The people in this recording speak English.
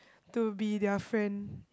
to be their friend